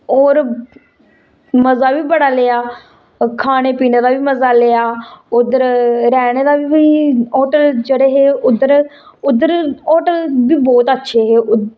होर मजा बी बड़ा लैआ खाने पीने दा बी मजा लैआ उद्धर रैह्ने दा बी होटल जेह्डे़ हे उद्धर उद्धर होटल बी बहोत अच्छे हे